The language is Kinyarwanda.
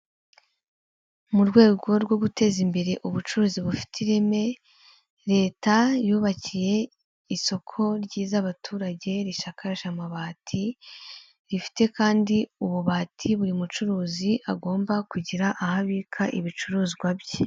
Mu rwego rwo guteza imbere ubucuruzi bufite ireme, leta yubakiye isoko ryiza abaturage rishakaje amabati, rifite kandi ububati buri mucuruzi agomba kugira aho abika ibicuruzwa bye.